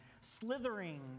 slithering